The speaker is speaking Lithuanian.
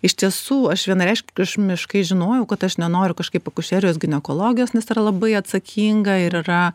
iš tiesų aš vienareikšmiškai žinojau kad aš nenoriu kažkaip akušerijos ginekologijos nes yra labai atsakinga ir yra